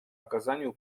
оказанию